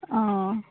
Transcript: অঁ